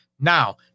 Now